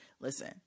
Listen